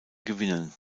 gewinnen